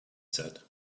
said